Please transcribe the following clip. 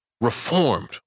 reformed